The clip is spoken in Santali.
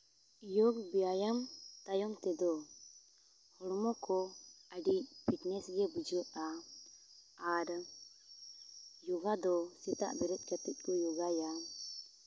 ᱡᱳᱜᱽ ᱵᱮᱭᱟᱢ ᱛᱟᱭᱚᱢ ᱛᱮᱫᱚ ᱦᱚᱲᱢᱚ ᱠᱚ ᱟᱹᱰᱤ ᱯᱷᱤᱴᱱᱮᱥ ᱜᱮ ᱵᱩᱡᱷᱟᱹᱜᱼᱟ ᱟᱨ ᱡᱳᱜᱟ ᱫᱚ ᱥᱮᱛᱟᱜ ᱵᱮᱨᱮᱫ ᱠᱟᱛᱮᱫ ᱠᱚ ᱡᱳᱜᱟᱭᱟ